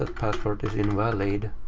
ah password is invalid.